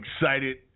excited